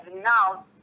now